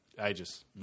ages